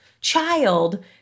child